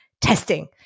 testing